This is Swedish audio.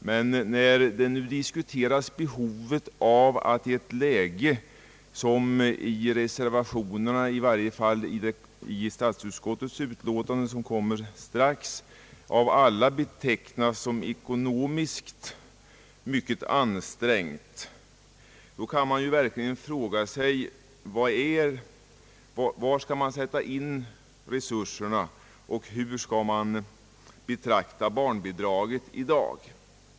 Men när nu stödbehovet diskuteras i ett läge som i reservationerna i statsutskottsutlåtande 101 — som snart skall behandlas av alla betecknas som ekonomiskt mycket ansträngt, då bör man ju verkligen fråga: Var skall man sätta in resurserna? Hur skall man betrakta barnbidraget i dag?